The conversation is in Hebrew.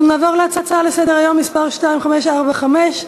אנחנו נעבור להצעה לסדר-היום מס' 2545: